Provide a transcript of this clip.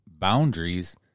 boundaries